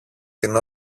την